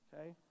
okay